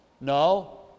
No